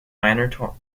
minor